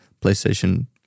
PlayStation